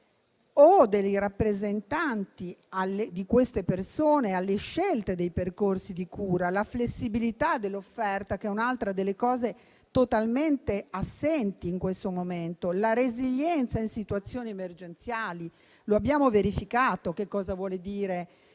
o dei rappresentanti di queste persone alle scelte dei percorsi di cura, la flessibilità dell'offerta - che è un altro degli aspetti totalmente assenti in questo momento - la resilienza in situazioni emergenziali. Abbiamo verificato che cosa ha